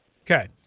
Okay